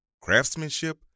Craftsmanship